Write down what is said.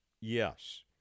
Yes